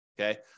Okay